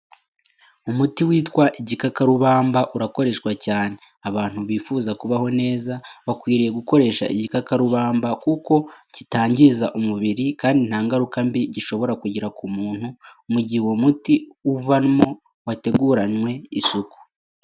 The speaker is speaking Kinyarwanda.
Umuti witwa igikakarubamba urakoreshwa cyane, abantu bifuz akubaho neza bakwiriye gukoresha igikakarubamba, kuko kitangiza umubiri kandi nta ngaruka mbi gishobora kugira k'umuntu, mu gihe uwo muti uvamo wateguranywe isuku.